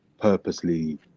purposely